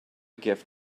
gift